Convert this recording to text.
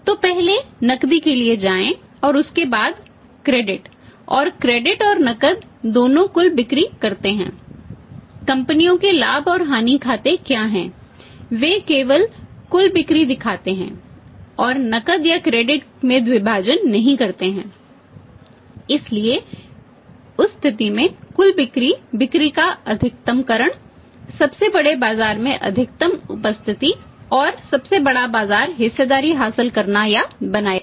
तो पहले नकदी के लिए जाएं और उसके बाद क्रेडिट में द्विभाजन नहीं करते हैं इसलिए उस स्थिति में कुल बिक्री बिक्री का अधिकतमकरण सबसे बड़े बाजार में अधिकतम उपस्थिति और सबसे बड़ा बाजार हिस्सेदारी हासिल करना या बनाए रखना